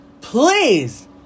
please